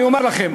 אני אומר לכם.